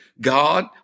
God